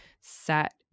set